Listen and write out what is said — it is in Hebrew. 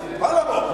מה לא?